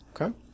Okay